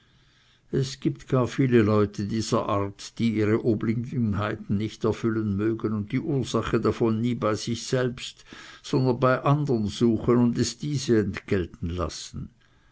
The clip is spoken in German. es gibt gar viele leute dieser art die ihre obliegenheiten nicht erfüllen mögen und die ursache davon nie bei sich selbst sondern bei andern suchen und es diese entgelten lassen